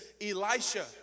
Elisha